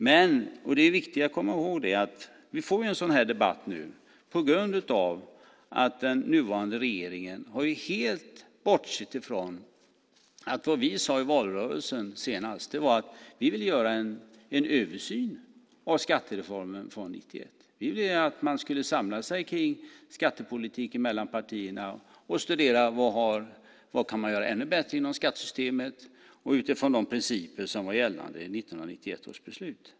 Men - och det är viktigt att komma ihåg - vi får en sådan här debatt nu på grund av att den nuvarande regeringen helt har bortsett från vad vi sade i valrörelsen senast. Det var att vi ville göra en översyn av skattereformen från 1991. Vi vill att man ska samla sig kring skattepolitiken mellan partierna och studera vad man kan göra ännu bättre inom skattesystemet utifrån de principer som var gällande i 1991 års beslut.